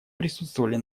присутствовали